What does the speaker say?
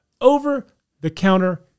over-the-counter